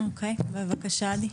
בבקשה עדי.